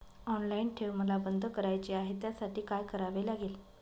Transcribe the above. Online ठेव मला बंद करायची आहे, त्यासाठी काय करावे लागेल?